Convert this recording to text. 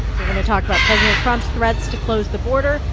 we're going to talk about president trump's threats to close the border,